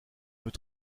peut